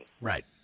Right